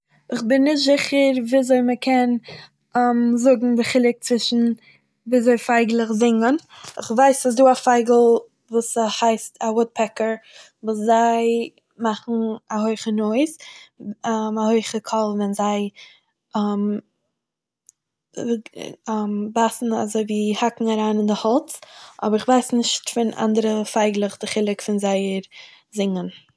כ'בין נישט זיכער וויזוי מ'קען זאגן די חילוק צווישן וויזוי פייגלעך זינגען, כ'ווייס ס'איז דא א פייגל וואס ס'הייסט א וואד-פעקער וואס זיי מאכן א הויכע נויעז ,א הויכע קול ווען זיי ל בייסן אזוי ווי האקן אריין אין די האלץ, אבער כ'ווייס נישט פון אנדערע פייגלעך די חילוק פון זייער זינגען.